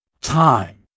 Time